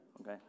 okay